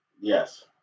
Yes